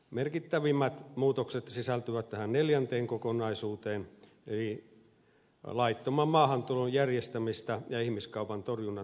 merkittävimmät muutokset sisältyvät neljänteen kokonaisuuteen eli laittoman maahantulon järjestämistä ja ihmiskaupan torjunnan tehostamista koskevaan kohtaan